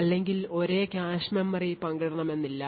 അല്ലെങ്കിൽ ഒരേ cache memory പങ്കിടണമെന്നില്ല